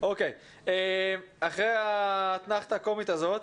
אחרי האתנחתה הקומית הזאת,